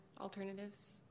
alternatives